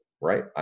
right